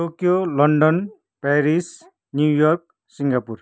Tokyo London Paris New York Singapore